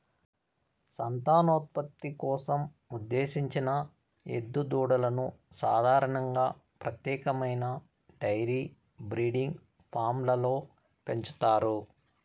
సంతానోత్పత్తి కోసం ఉద్దేశించిన ఎద్దు దూడలను సాధారణంగా ప్రత్యేకమైన డెయిరీ బ్రీడింగ్ ఫామ్లలో పెంచుతారు